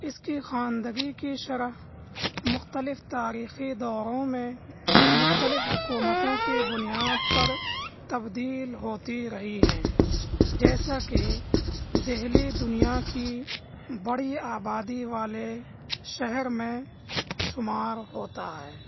اس کی خواندگی کی شرح مختلف تاریخی دوروں میں مختلف حکومتوں کے بنیاد پر تبدیل ہوتی رہی ہے جیسا کہ دہلی دنیا کی بڑی آبادی والے شہر میں شمار ہوتا ہے